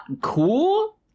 cool